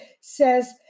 says